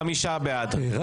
חמישה בעד, בסדר.